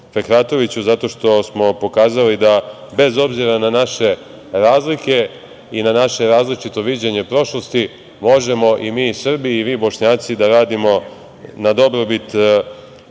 zato što smo pokazali da, bez obzira na naše razlike i na naše različito viđenje prošlosti, možemo i mi Srbi i vi Bošnjaci da radimo na dobrobit